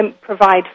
provide